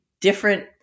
different